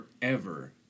forever